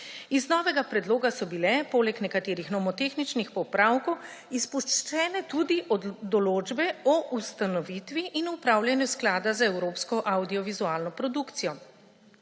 Iz novega predloga so bile poleg nekaterih nomotehničnih popravkov izpuščene tudi določbe o ustanovitvi in upravljanju sklada za evropsko avdiovizualno produkcijo.